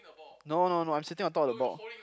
no no no I'm sitting on top of the ball